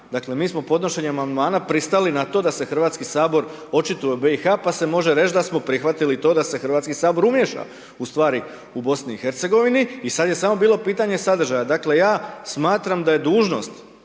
dakle, mi smo podnošenjem amandmana pristali na to da se Hrvatski sabor očituje o BiH, pa se može reći da smo prihvatili i to da se Hrvatski sabor umiješa u stvari u Bosni i Hercegovini, i sad je samo bilo pitanje sadržaja. Dakle, ja smatram da je dužnost